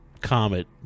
comet